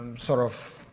sort of.